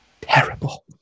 Terrible